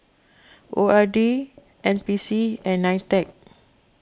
O R D N P C and Nitec